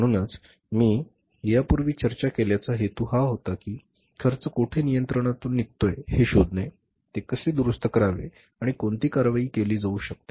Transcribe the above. म्हणूनच मी या पूर्वी चर्चा केल्याचा हेतू हा होता की खर्च कोठे नियंत्रणातून निघतोय हे शोधणे ते कसे दुरुस्त करावे आणि कोणती कारवाई केली जाऊ शकते